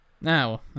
Now